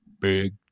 big